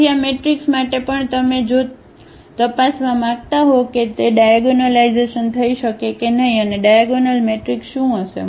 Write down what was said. તેથી આ મેટ્રિક્સ માટે પણ જો તમે તે તપાસવા માંગતા હો કે તે ડાયાગોનલાઇઝેશન થઈ શકે કે નહીં અને ડાયાગોનલ મેટ્રિક્સ શું હશે